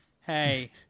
Hey